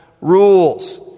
rules